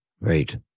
right